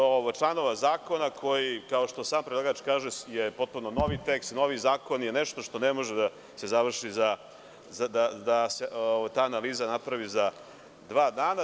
Sto šesdeset pet članova zakona koji, kao što sam predlagač kaže, je potpuno novi tekst, novi zakon, je nešto što ne može da se završi da se ta analiza napravi za dva dana.